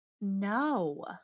No